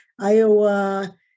Iowa